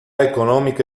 economica